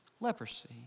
leprosy